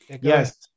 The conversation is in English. yes